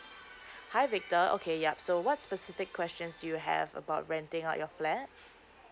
hi victor okay yup so what specific questions you have about renting out your flat